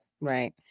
Right